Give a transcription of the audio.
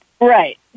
Right